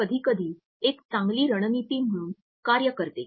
हे कधीकधी एक चांगली रणनीती म्हणून कार्य करते